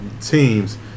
teams